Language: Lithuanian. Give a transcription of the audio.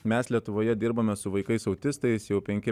mes lietuvoje dirbame su vaikais autistais jau penki